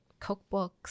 cookbooks